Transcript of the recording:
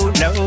no